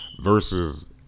versus